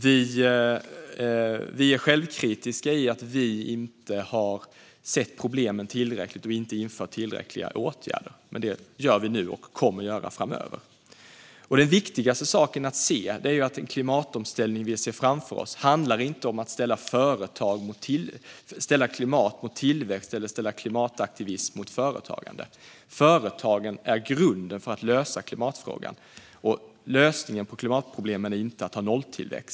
Vi är självkritiska. Vi har inte sett problemen tillräckligt och inte infört tillräckliga åtgärder. Men det gör vi nu, och vi kommer att göra det framöver. Det viktigaste att se är att den klimatomställning vi ser framför oss inte handlar om att ställa klimat mot tillväxt eller klimataktivism mot företagande. Företagen är grunden för att lösa klimatfrågan. Lösningen på klimatproblemen är inte att ha nolltillväxt.